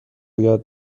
یاد